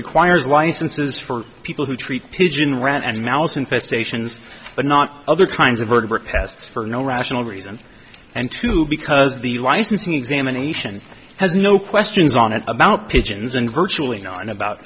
requires licenses for people who treat pigeon rat and mouse infestations but not other kinds of vertebrate pests for no rational reason and to because the licensing examination has no questions on it about pigeons and virtually nothing about